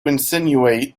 insinuate